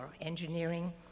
engineering